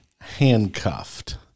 handcuffed